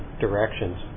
directions